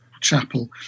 chapel